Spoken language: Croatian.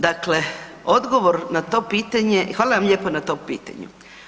Dakle, odgovor na to pitanje, hvala vam lijepo na tom pitanju.